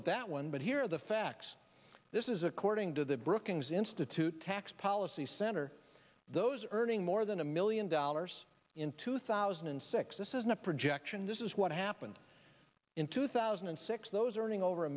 with that one but here are the facts this is according to the brookings institute tax policy center those earning more than a million dollars in two thousand and six this isn't a projection this is what happened in two thousand and six those earning over a